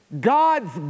God's